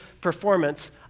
performance